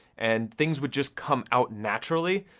and things would just come out naturally,